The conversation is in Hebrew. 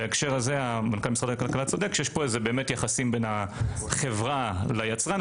בהקשר הזה מנכ"ל משרד הכלכלה צודק שיש פה יחסים בין היצרן לחברה